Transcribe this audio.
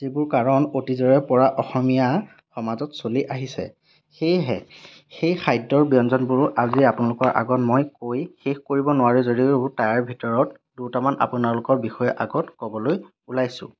যিবোৰ কাৰণ অতীজৰে পৰা অসমীয়া সমাজত চলি আহিছে সেয়েহে সেই খাদ্য়ৰ ব্য়ঞ্জনবোৰো আজি আপোনালোকৰ আগত মই কৈ শেষ কৰিব নোৱাৰোঁ যদিও তাৰ ভিতৰত দুটামান আপোনালোকৰ বিষয়ে আগত ক'বলৈ ওলাইছোঁ